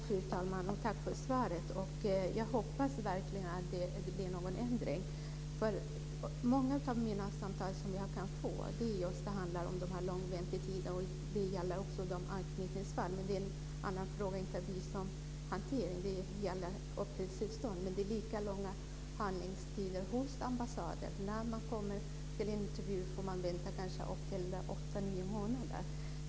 Fru talman! Tack för svaret. Jag hoppas verkligen att det blir en ändring. Många av de samtal jag får handlar just om de långa väntetiderna. Det gäller också anknytningsfall, men det är ju en annan fråga som inte gäller visumhantering utan uppehållstillstånd. Det är lika långa handläggningstider hos ambassaderna. När man kommer till intervju får man vänta upp till åtta nio månader.